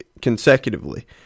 consecutively